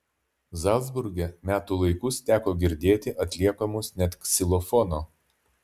zalcburge metų laikus teko girdėti atliekamus net ksilofono